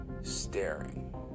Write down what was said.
staring